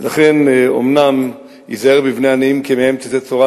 ולכן, אומנם היזהר בבני עניים כי מהם תצא תורה.